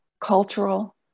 cultural